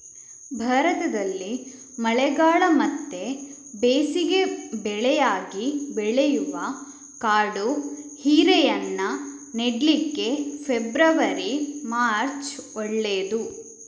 ಭಾರತದಲ್ಲಿ ಮಳೆಗಾಲ ಮತ್ತೆ ಬೇಸಿಗೆ ಬೆಳೆಯಾಗಿ ಬೆಳೆಯುವ ಕಾಡು ಹೀರೆಯನ್ನ ನೆಡ್ಲಿಕ್ಕೆ ಫೆಬ್ರವರಿ, ಮಾರ್ಚ್ ಒಳ್ಳೇದು